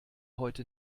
heute